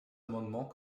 amendement